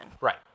Right